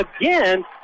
again